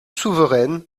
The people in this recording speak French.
souveraine